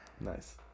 Nice